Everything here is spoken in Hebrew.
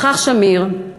וכך שמיר,